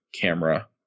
camera